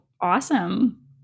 awesome